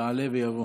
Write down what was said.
יעלה ויבוא.